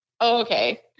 Okay